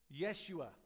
Yeshua